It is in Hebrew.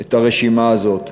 את הרשימה הזאת.